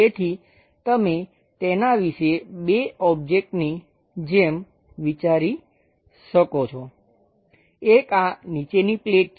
તેથી તમે તેના વિશે બે ઓબ્જેક્ટની જેમ વિચારી શકો છો એક આ નીચેની પ્લેટ છે